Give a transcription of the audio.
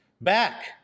Back